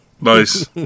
Nice